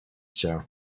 cię